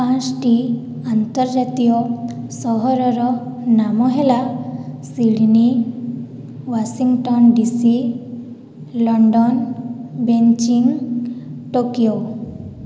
ପାଞ୍ଚଟି ଆନ୍ତର୍ଜାତୀୟ ସହରର ନାମ ହେଲା Sydney Washington DC London Beijing Tokyo